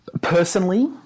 Personally